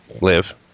live